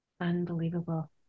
Unbelievable